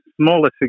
Smaller